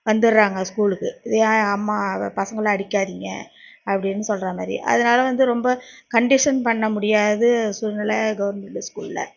வந்துடறாங்க ஸ்கூலுக்கு இது அம்மா பசங்களை அடிக்காதிங்க அப்படின்னு சொல்றமாரி அதனால் வந்து ரொம்ப கண்டிஷன் பண்ண முடியாது சூழ்நிலை கவுர்மெண்டு ஸ்கூலில்